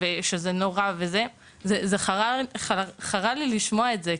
ושזה נורא ואני חייבת להגיד שזה חרה לי לשמוע את זה,